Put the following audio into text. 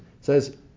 says